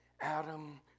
Adam